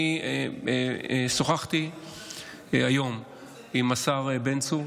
אני שוחחתי היום עם השר בן צור.